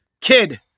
kid